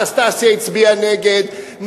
אנסטסיה הצביעה נגד,